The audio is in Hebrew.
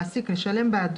תענה